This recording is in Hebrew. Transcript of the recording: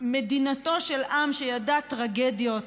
מדינתו של עם שידע טרגדיות,